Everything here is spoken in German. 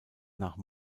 nach